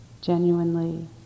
genuinely